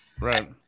Right